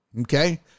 Okay